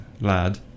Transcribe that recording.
lad